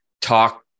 talk